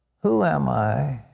who am i?